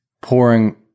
pouring